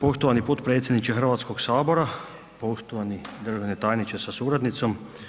Poštovani potpredsjedniče Hrvatskoga sabora, poštovani državni tajniče sa suradnicom.